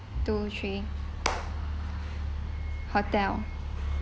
two three hotel